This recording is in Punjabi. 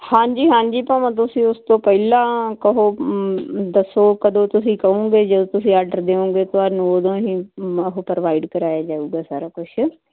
ਹਾਂਜੀ ਹਾਂਜੀ ਭਵਾਂ ਤੁਸੀਂ ਉਸ ਤੋਂ ਪਹਿਲਾਂ ਕਹੋ ਦੱਸੋ ਕਦੋਂ ਤੁਸੀਂ ਕਹੋਗੇ ਜਦੋਂ ਤੁਸੀਂ ਆਰਡਰ ਦੇਓਗੇ ਤੁਹਾਨੂੰ ਉਦੋਂ ਹੀ ਉਹ ਪ੍ਰੋਵਾਈਡ ਕਰਾਇਆ ਜਾਊਗਾ ਸਾਰਾ ਕੁਛ